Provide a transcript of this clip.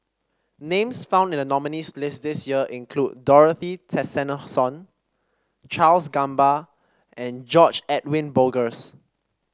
names found in the nominees' list this year include Dorothy Tessensohn Charles Gamba and George Edwin Bogaars